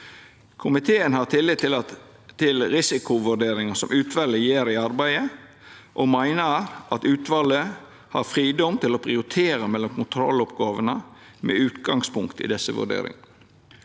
Komiteen har tillit til risikovurderingane som utvalet gjer i arbeidet, og meiner at utvalet har fridom til å prioritera mellom kontrolloppgåvene med utgangspunkt i desse vurderingane.